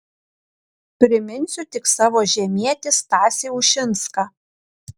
priminsiu tik savo žemietį stasį ušinską